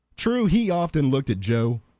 true, he often looked at joe,